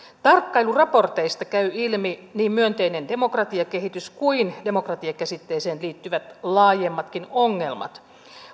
tarkkailuraporteista käy ilmi niin myönteinen demokratiakehitys kuin demokratiakäsitteeseen liittyvät laajemmatkin ongelmat